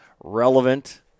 Relevant